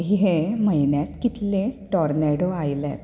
हे म्हयन्यांत कितलें टोर्नेडो आयल्यात